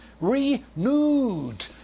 Renewed